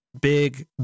Big